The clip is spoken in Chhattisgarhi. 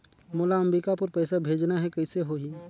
मोला अम्बिकापुर पइसा भेजना है, कइसे होही?